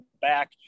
back